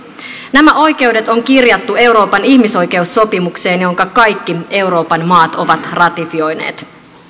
nämä oikeudet on kirjattu euroopan ihmisoikeussopimukseen jonka kaikki euroopan maat ovat ratifioineet